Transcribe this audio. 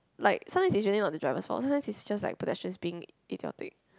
like sometimes it's really not the driver's fault sometimes it's just like pedestrians being idiotic